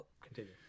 continue